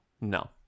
No